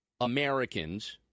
Americans